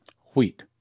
wheat